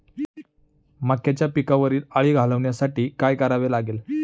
मक्याच्या पिकावरील अळी घालवण्यासाठी काय करावे लागेल?